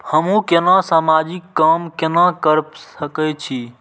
हमू केना समाजिक काम केना कर सके छी?